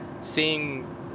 seeing